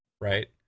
right